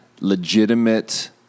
legitimate